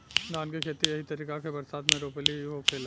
धान के खेती एही तरीका के बरसात मे रोपनी होखेला